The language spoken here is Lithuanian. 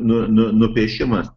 nu nu nupiešimas